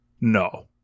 no